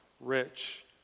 rich